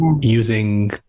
using